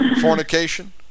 fornication